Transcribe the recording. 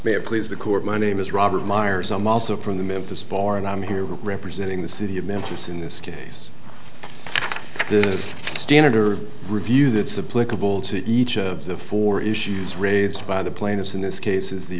may please the court my name is robert meyers i'm also from the memphis bar and i'm here representing the city of memphis in this case the standard or review that's a political to each of the four issues raised by the plaintiffs in this case is the